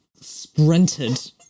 sprinted